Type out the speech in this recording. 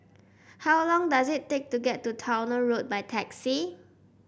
how long does it take to get to Towner Road by taxi